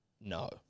no